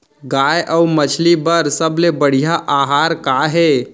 गाय अऊ मछली बर सबले बढ़िया आहार का हे?